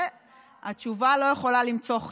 לא,